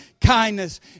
kindness